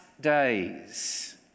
days